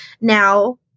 now